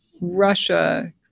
Russia